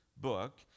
book